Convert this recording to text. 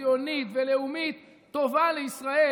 ציונית ולאומית טובה לישראל,